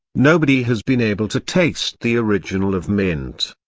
nobody has been able to taste the original of mint.